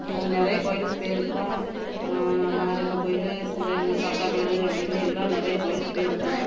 நாங்கள் நிறைய கோயிலுக்கு போயிருக்கோம் மாரியம்மன் கோயில் இந்த எங்கள் சாத்தா கோயில் அப்படின்னு எல்லா நிறைய கோயிலுக்கு போயிருக்கோம்